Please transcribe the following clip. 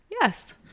Yes